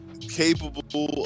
capable